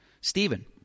Stephen